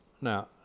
Now